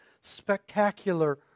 spectacular